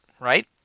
right